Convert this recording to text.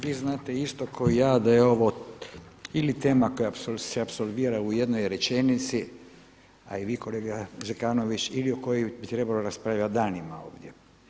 Vi znate isto kao i ja da je ovo ili tema koja se apsolvira u jednoj rečenici, a i vi kolega Zekanović ili o kojoj bi trebalo raspravljati danima ovdje.